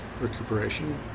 recuperation